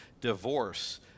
divorce